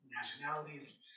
nationalities